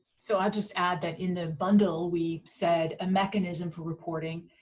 so i just add that, in the bundle, we said, mechanism for reporting,